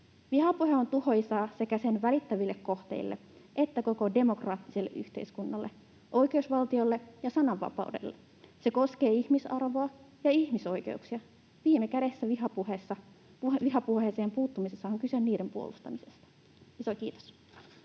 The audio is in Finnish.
”Vihapuhe on tuhoisaa sekä sen välittömille kohteille että koko demokraattiselle yhteiskunnalle, oikeusvaltiolle ja sananvapaudelle. Se koskee ihmisarvoa ja ihmisoikeuksia. Viime kädessä vihapuheeseen puuttumisessa on kyse niiden puolustamisesta.” — Iso kiitos.